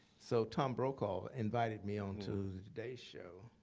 so tom brokaw invited me on to the today show.